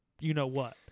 you-know-what